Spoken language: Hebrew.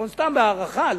סתם בהערכה,